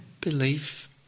belief